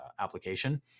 application